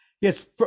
Yes